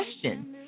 question